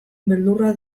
beldurra